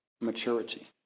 Maturity